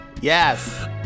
Yes